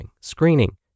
screening